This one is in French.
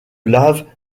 lave